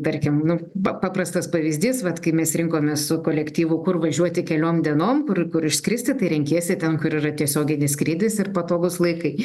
tarkim nu va paprastas pavyzdys vat kai mes rinkomės su kolektyvu kur važiuoti keliom dienom kur kur išskristi tai renkiesi ten kur yra tiesioginis skrydis ir patogūs laikai